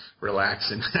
relaxing